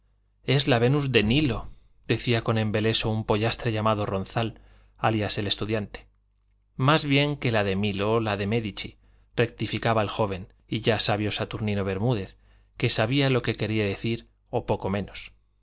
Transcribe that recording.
es la venus del nilo decía con embeleso un pollastre llamado ronzal alias el estudiante más bien que la de milo la de médicis rectificaba el joven y ya sabio saturnino bermúdez que sabía lo que quería decir o poco menos